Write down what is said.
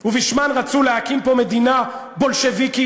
ובשמן רצו להקים פה מדינה בולשביקית.